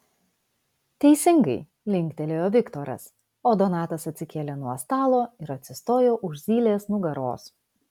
teisingai linktelėjo viktoras o donatas atsikėlė nuo stalo ir atsistojo už zylės nugaros